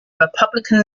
republican